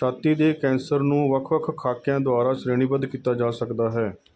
ਛਾਤੀ ਦੇ ਕੈਂਸਰ ਨੂੰ ਵੱਖ ਵੱਖ ਖ਼ਾਕਿਆ ਦੁਆਰਾ ਸ਼੍ਰੇਣੀਬੱਧ ਕੀਤਾ ਜਾ ਸਕਦਾ ਹੈ